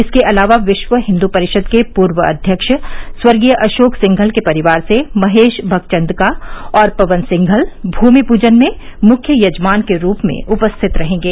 इसके अलावा विश्व हिन्दू परिषद के पूर्व अध्यक्ष स्वर्गीय अशोक सिंघल के परिवार से महेश भगचंदका और पवन सिंघल भूमि पूजन में मुख्य यजमान के रूप में उपस्थित रहेंगे